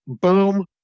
Boom